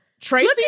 Tracy